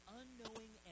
unknowing